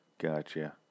Gotcha